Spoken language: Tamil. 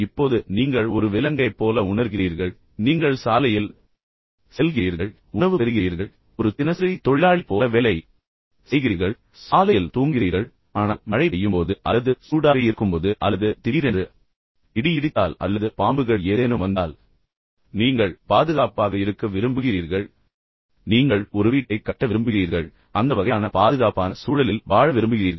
இப்போது நீங்கள் ஒரு விலங்கைப் போல உணர்கிறீர்கள் நீங்கள் சாப்பிட உணவைப் பெறுகிறீர்கள் நீங்கள் சாலையில் செல்கிறீர்கள் மற்றும் பின்னர் நீங்கள் உணவு பெறுகிறீர்கள் நீங்கள் ஒரு தினசரி தொழிலாளி போல வேலை செய்கிறீர்கள் நீங்கள் சாலையில் தூங்குகிறீர்கள் ஆனால் மழை பெய்யும்போது அல்லது சூடாக இருக்கும்போது அல்லது திடீரென்று இடி இடித்தால் அல்லது ஏதாவது அல்லது பாம்புகள் ஏதேனும் வந்தால் எனவே நீங்கள் பாதுகாப்பாக இருக்க விரும்புகிறீர்கள் எனவே நீங்கள் ஒரு வீட்டைக் கட்ட விரும்புகிறீர்கள் அந்த வகையான பாதுகாப்பான சூழலில் வாழ விரும்புகிறீர்கள்